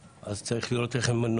אז אני יכול לחזור לשדולה.